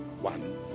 One